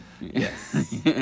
Yes